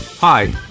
Hi